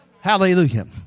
Hallelujah